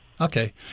Okay